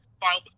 filed